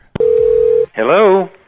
Hello